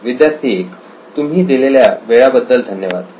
विद्यार्थी 1 तुम्ही दिलेल्या वेळा बद्दल धन्यवाद